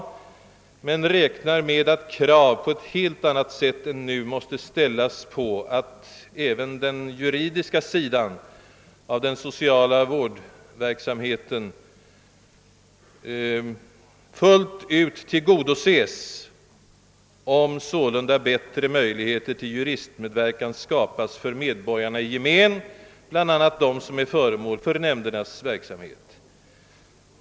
Men deras tillkomst kommer säkert att leda till att krav på ett helt annat sätt än nu kommer att ställas på att även den juridiska sidan av den sociala vårdverksamheten fullt ut tillgodoses, när sålunda bättre möjligheter till juristmedverkan skapas för medborgarna i gemen, bl.a. dem som är föremål för nämndernas verksamhet.